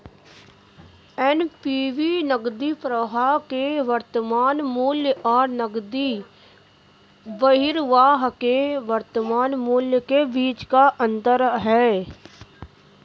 NPV नकदी प्रवाह के वर्तमान मूल्य और नकदी बहिर्वाह के वर्तमान मूल्य के बीच का अंतर है